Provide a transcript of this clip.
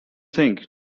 think